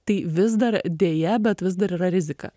tai vis dar deja bet vis dar yra rizika